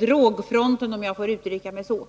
drogfronten, om jag får uttrycka mig så.